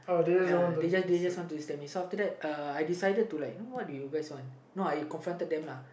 ya they just they just want to slap me so after that uh I decided to like know what do you guys want no I confronted them lah